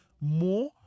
more